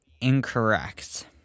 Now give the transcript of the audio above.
incorrect